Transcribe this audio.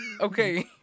okay